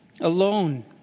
alone